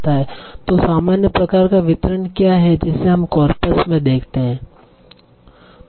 तो सामान्य प्रकार का वितरण क्या है जिसे हम कॉर्पस में देखते हैं